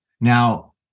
Now